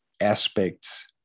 aspects